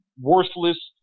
worthless